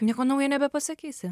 nieko nauja nebepasakysi